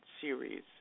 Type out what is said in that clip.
series